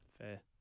Fair